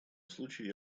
случае